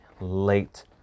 late